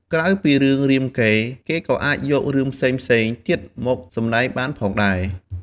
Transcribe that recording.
ក្រៅពីរឿងរាមកេរ្តិ៍ គេក៏អាចយករឿងផ្សេងៗទៀតមកសម្ដែងបានផងដែរ។